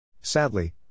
Sadly